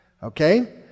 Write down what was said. Okay